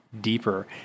deeper